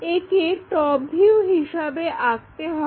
একে টপভিউ হিসাবে আঁকতে হবে